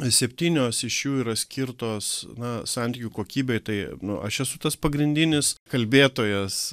septynios iš jų yra skirtos na santykių kokybei tai nu aš esu tas pagrindinis kalbėtojas